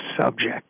subject